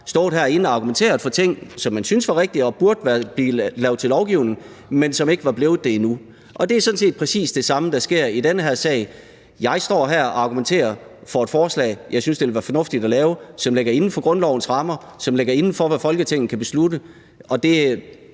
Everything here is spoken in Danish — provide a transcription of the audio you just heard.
stået herinde og argumenteret for ting, som han syntes var rigtige, og som han mente burde blive til lovgivning, men som ikke var blevet det endnu. Det er sådan set præcis det samme, der sker i den her sag: Jeg står her og argumenterer for et forslag, jeg synes det ville være fornuftigt at lave, og som ligger inden for grundlovens rammer, og som ligger inden for, hvad Folketinget kan beslutte, og det